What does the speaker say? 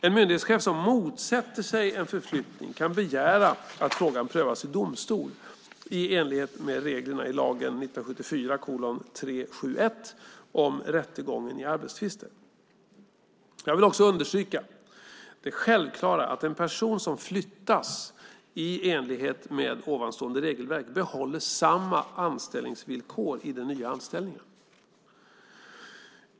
En myndighetschef som motsätter sig en förflyttning kan begära att frågan prövas i domstol i enlighet med reglerna i lagen om rättegången i arbetstvister. Jag vill också understryka det självklara att en person som flyttas i enlighet med nämnda regelverk behåller samma anställningsvillkor i den nya anställningen.